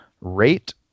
rate